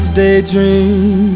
daydream